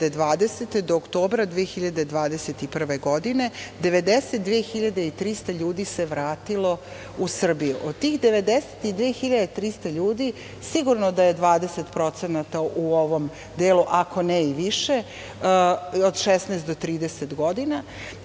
2020. do oktobra 2021. godine 92.300 ljudi se vratilo u Srbiju. Od tih 92.300 ljudi sigurno da je 20% u ovom delu, ako ne i više od 16 do 30 godina